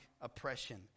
oppression